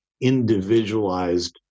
individualized